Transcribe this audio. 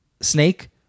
snake